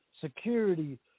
security